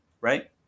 Right